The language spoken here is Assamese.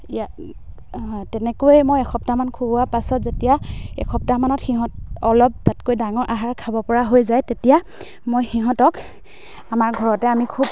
ইয়াত তেনেকৈয়ে মই এসপ্তাহমান খোওৱাৰ পাছত যেতিয়া এসপ্তাহমানত সিহঁত অলপ তাতকৈ ডাঙৰ আহাৰ খাব পৰা হৈ যায় তেতিয়া মই সিহঁতক আমাৰ ঘৰতে আমি খুব